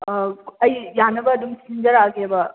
ꯑꯥ ꯑꯩ ꯌꯥꯅꯕ ꯑꯗꯨꯝ ꯁꯤꯟꯖꯔꯛꯑꯒꯦꯕ